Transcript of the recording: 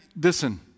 Listen